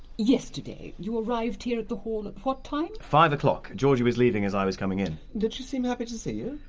yesterday you arrived here at the hall at what time? five o'clock. georgie was leaving as i was coming in. did she seem happy to see you?